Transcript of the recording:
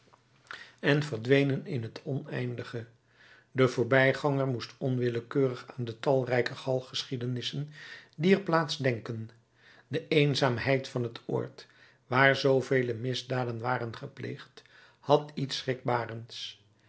en verdwenen in het oneindige de voorbijganger moest onwillekeurig aan de talrijke galggeschiedenissen dier plaats denken de eenzaamheid van het oord waar zoovele misdaden waren gepleegd had iets schrikbarends